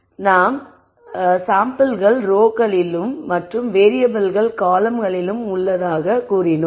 எனவே நாம் மாதிரிகள் ரோ களிலும் மற்றும் வேறியபிள்கள் காலம்ன்களிலும் இருப்பதாகக் கூறினோம்